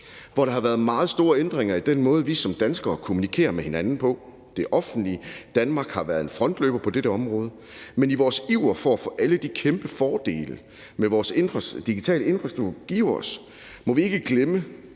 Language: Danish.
hvor der har været meget store ændringer i den måde, vi som danskere kommunikerer med hinanden på. Det offentlige Danmark har været en frontløber på dette område, men i vores iver efter at få alle de kæmpe fordele, som vores digitale infrastruktur giver os, må vi ikke glemme